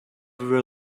were